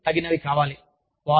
అవి తగినవి కావాలి